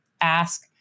ask